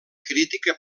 crítica